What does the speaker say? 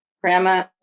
Grandma